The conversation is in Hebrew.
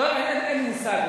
אין לי מושג.